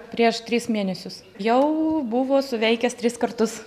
prieš tris mėnesius jau buvo suveikęs tris kartus